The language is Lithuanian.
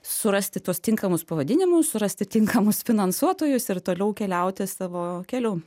surasti tuos tinkamus pavadinimus surasti tinkamus finansuotojus ir toliau keliauti savo keliu